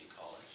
College